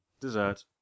Dessert